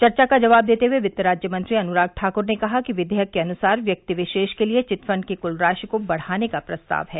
चर्चा का जवाब देते हुए वित्त राज्यमंत्री अनुराग ठाकुर ने कहा कि विधेयक के अनुसार व्यक्ति विशेष के लिए चिट फंड की कुल राशि को बढ़ाने का प्रस्ताव है